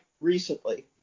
recently